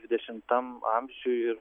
dvidešimtam amžiui ir